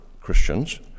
Christians